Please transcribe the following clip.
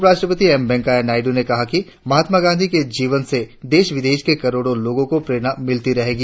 उपराष्ट्रपति एम वेंकैया नायडू ने कहा कि महात्मा गांधी के जीवन से देश विदेश के करोड़ो लोगों को प्रेरणा मिलती रहेगी